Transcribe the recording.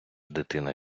дитина